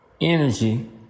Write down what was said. energy